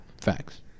Facts